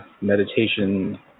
meditation